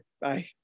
Bye